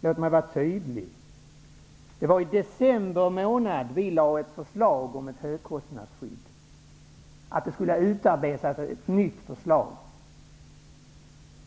Det var i december månad vi lade fram ett förslag om ett högkostnadsskydd. Vi ville att det skulle utarbetas ett nytt förslag.